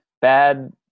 bad